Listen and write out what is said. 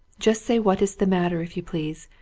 just say what is the matter, if you please.